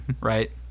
right